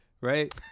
Right